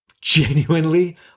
genuinely